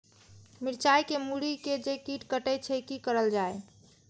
मिरचाय के मुरी के जे कीट कटे छे की करल जाय?